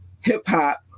hip-hop